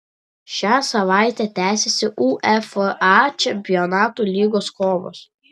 šią savaitę tęsiasi uefa čempionų lygos kovos